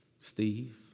Steve